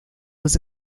was